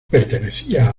pertenecía